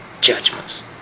judgments